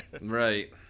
Right